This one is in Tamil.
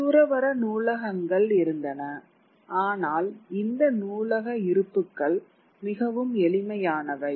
துறவற நூலகங்கள் இருந்தன ஆனால் இந்த நூலக இருப்புக்கள் மிகவும் எளிமையானவை